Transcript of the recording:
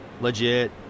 legit